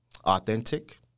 authentic